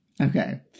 Okay